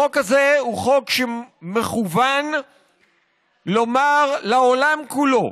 החוק הזה הוא חוק שמכוון לומר לעולם כולו: